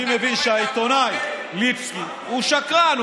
אני מבין שהעיתונאי ליבסקינד הוא שקרן,